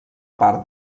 part